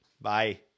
bye